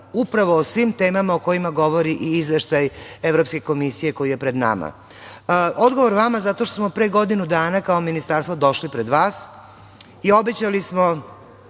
upravo o svim temama o kojima govori i Izveštaj Evropske komisije koji je pred nama. Odgovor vama zato što smo pre godinu dana, kao ministarstvo, došli pred vas i obećali smo